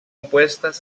opuestas